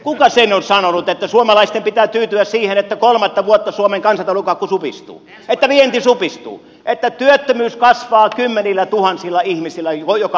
kuka sen on sanonut että suomalaisten pitää tyytyä siihen että kolmatta vuotta suomen kansantalouden kakku supistuu että vienti supistuu että työttömyys kasvaa kymmenillätuhansilla ihmisillä joka vuosi